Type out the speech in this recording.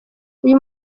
uyu